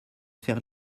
faire